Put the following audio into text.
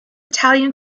italian